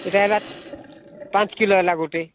ଏଇଟା ହେଲା ପାଞ୍ଚ କିଲୋ ହେଲା ଗୋଟେ